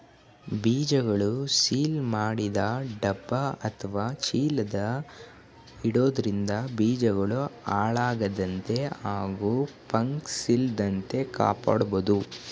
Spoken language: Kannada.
ಬೀಜಗಳನ್ನು ಸೀಲ್ ಮಾಡಿದ ಡಬ್ಬ ಅತ್ವ ಚೀಲದಲ್ಲಿ ಇಡೋದ್ರಿಂದ ಬೀಜಗಳು ಹಾಳಾಗದಂತೆ ಹಾಗೂ ಫಂಗಸ್ನಿಂದ ಕಾಪಾಡ್ಬೋದು